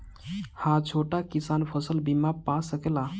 हा छोटा किसान फसल बीमा पा सकेला?